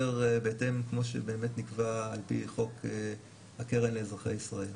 בהתאם כמו שבאמת נקבע על פי חוק הקרן לאזרחי ישראל.